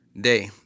Day